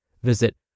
Visit